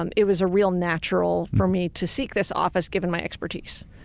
um it was a real natural for me to seek this office given my expertise.